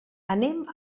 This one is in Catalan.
anem